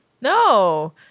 No